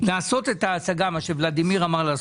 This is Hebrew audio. לעשות את ההצגה אחרת.